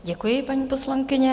Děkuji, paní poslankyně.